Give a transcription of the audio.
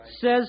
Says